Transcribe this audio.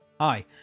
Hi